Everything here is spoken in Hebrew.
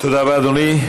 תודה רבה, אדוני.